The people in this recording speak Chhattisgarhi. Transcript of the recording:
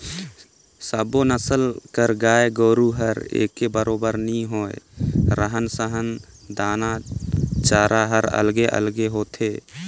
सब्बो नसल कर गाय गोरु हर एके बरोबर नी होय, रहन सहन, दाना चारा हर अलगे अलगे होथे